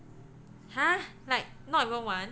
!huh! like not even one